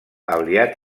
aviat